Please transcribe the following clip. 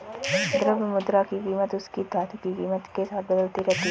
द्रव्य मुद्रा की कीमत उसकी धातु की कीमत के साथ बदलती रहती है